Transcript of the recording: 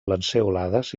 lanceolades